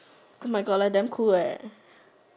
oh my god like damn cool leh